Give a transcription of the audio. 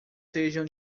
sejam